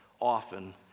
often